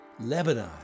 Lebanon